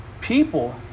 people